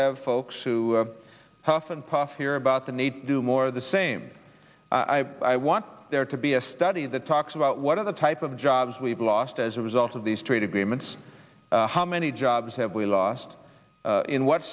have folks who huff and puff here about the need to do more of the same i want there to be a study that talks about what are the types of jobs we've lost as a result of these trade agreements how many jobs have we lost in what